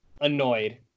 annoyed